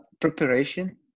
preparation